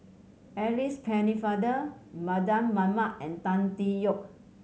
Alice Pennefather Mardan Mamat and Tan Tee Yoke